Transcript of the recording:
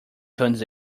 turns